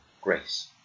grace